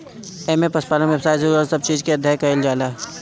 एमे पशुपालन व्यवसाय से जुड़ल सब चीज के अध्ययन कईल जाला